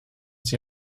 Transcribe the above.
sie